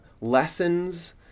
lessons